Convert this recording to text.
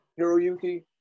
Hiroyuki